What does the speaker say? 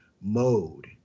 mode